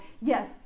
yes